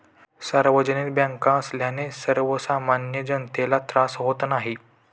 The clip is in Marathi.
सार्वजनिक बँका असल्याने सर्वसामान्य जनतेला त्रास होत नाही